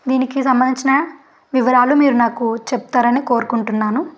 దీనికి సంబంధించిన వివరాలు మీరు నాకు చెప్తారని కోరుకుంటున్నాను